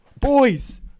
Boys